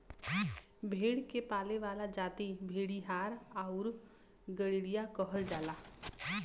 भेड़ के पाले वाला जाति भेड़ीहार आउर गड़ेरिया कहल जाला